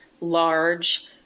large